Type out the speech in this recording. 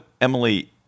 Emily